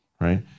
right